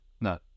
no